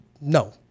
No